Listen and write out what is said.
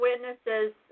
witnesses